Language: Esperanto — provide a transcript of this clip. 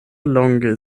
longe